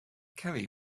kelly